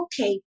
Okay